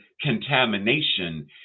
contamination